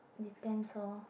depends lor